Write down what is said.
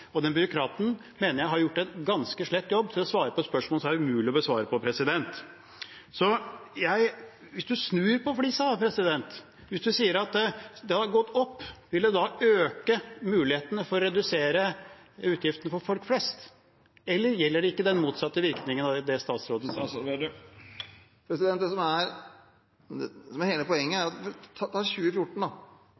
Den byråkraten mener jeg har gjort en ganske slett jobb med å svare på et spørsmål som er umulig å svare på. Hvis man snur på flisa, hvis man sier at det har gått opp, vil det da øke mulighetene for å redusere utgiftene for folk flest? Eller gjelder ikke den motsatte virkningen av det statsråden sier? Det som er hele poenget, er: